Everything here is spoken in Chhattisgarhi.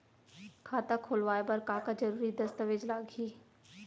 खाता खोलवाय बर का का जरूरी दस्तावेज लागही?